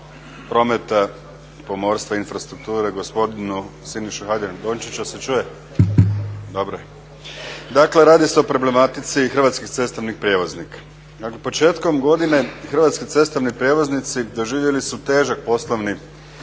prometa, pomorstva i infrastrukture gospodinu Siniši Hajdaš Dončiću. Dakle, radi se o problematici hrvatskih cestovnih prijevoznika. Dakle, početkom godine hrvatski cestovni prijevoznici doživjeli su težak poslovni